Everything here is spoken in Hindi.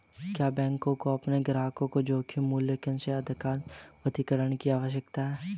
क्या बैंकों को अपने ग्राहकों को जोखिम मूल्यांकन के आधार पर वर्गीकृत करने की आवश्यकता है?